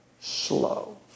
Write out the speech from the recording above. slow